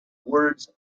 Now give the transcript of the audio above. words